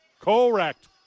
correct